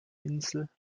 insel